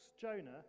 Jonah